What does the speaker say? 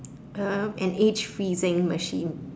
uh an age freezing machine